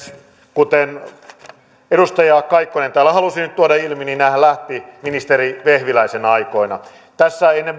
kuten edustaja kaikkonen täällä halusi nyt tuoda ilmi niin nämähän lähtivät liikkeelle ministeri vehviläisen aikoina tässä ennen